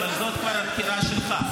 אבל זאת כבר הבחירה שלך.